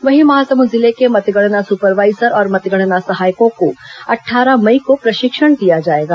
वहीं महासमुंद जिले के मतगणना सुपरवाइजर और मतगणना सहायकों को अट्ठारह मई को प्रशिक्षण दिया जाएगा